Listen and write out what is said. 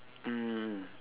um